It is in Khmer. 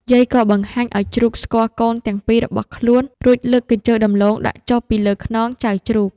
យាយក៏បង្ហាញឱ្យជ្រូកស្គាល់កូនទាំងពីររបស់ខ្លួន រួចលើកកញ្ជើរដំឡូងដាក់ចុះពីលើខ្នងចៅជ្រូក